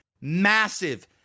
massive